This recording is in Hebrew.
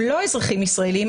הם לא אזרחים ישראליים,